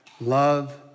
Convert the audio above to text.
Love